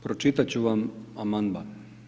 Pročitat ću vam amandman.